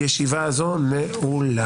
ישיבה זו נעולה.